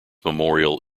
memorial